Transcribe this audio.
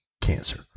cancer